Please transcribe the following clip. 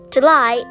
July